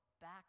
back